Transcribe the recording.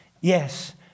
yes